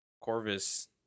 Corvus